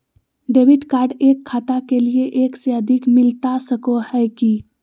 Debit card एक खाता के लिए एक से अधिक मिलता सको है की?